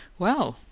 well,